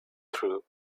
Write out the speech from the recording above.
through